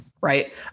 right